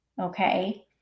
okay